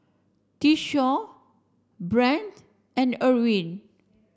Tyshawn Brent and Erwin